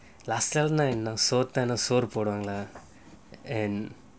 lasalle நா என்ன தோத்தனா சோறு போடுவாங்க:naa enna thottanaa soru poduvanga lah and